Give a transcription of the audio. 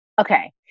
Okay